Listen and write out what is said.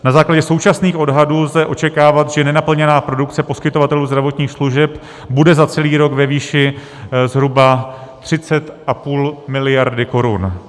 Na základě současných odhadů lze očekávat, že nenaplněná produkce poskytovatelů zdravotních služeb bude za celý rok ve výši zhruba 30,5 mld. korun.